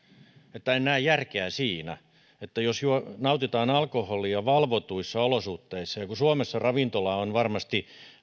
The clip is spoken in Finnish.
että en näe järkeä siinä miksi sitä verotetaan niin kovasti jos nautitaan alkoholia valvotuissa olosuhteissa kun suomessa ravintola on varmasti